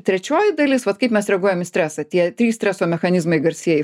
trečioji dalis vat kaip mes reaguojam į stresą tie trys streso mechanizmai garsieji